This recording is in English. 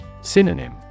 Synonym